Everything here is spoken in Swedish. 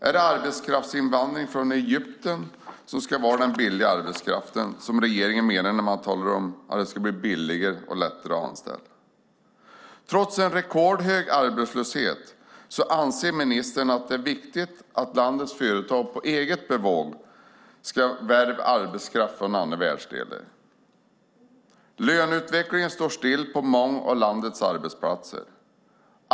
Är det arbetskraftsinvandring från Egypten som ska vara den billiga arbetskraften man menar när man talar om att det ska bli billigare och lättare att anställa? Trots en rekordhög arbetslöshet anser ministern att det är viktigt att landets företag på eget bevåg ska värva arbetskraft från andra världsdelar. Löneutvecklingen står still på många av landets arbetsplatser.